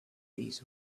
these